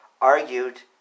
argued